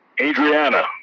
Adriana